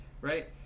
right